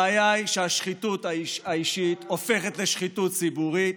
הבעיה היא שהשחיתות האישית הופכת לשחיתות ציבורית.